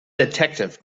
detective